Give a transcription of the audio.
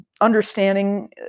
understanding